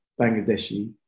Bangladeshi